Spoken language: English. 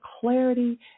clarity